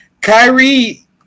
Kyrie